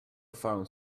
found